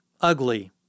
ugly